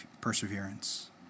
perseverance